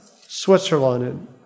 Switzerland